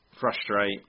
frustrate